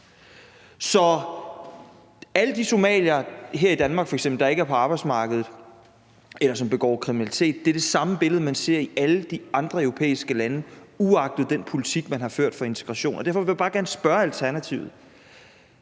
de somaliere her i Danmark, der ikke er på arbejdsmarkedet, eller som begår kriminalitet, er det samme billede, man ser i alle de andre europæiske lande uagtet den politik, man har ført for integration, og derfor vil jeg bare gerne spørge Alternativet: